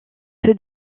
peu